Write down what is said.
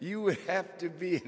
you would have to be